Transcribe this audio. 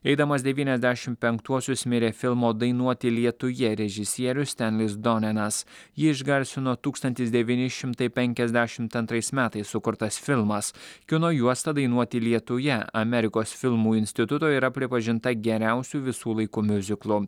eidamas devyniasdešimt penktuosius mirė filmo dainuoti lietuje režisierius stenlis donenas jį išgarsino tūkstantis devyni šimtai penkiasdešimt antrais metais sukurtas filmas kino juosta dainuoti lietuje amerikos filmų instituto yra pripažinta geriausiu visų laikų miuziklu